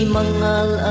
Mangal